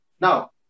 Now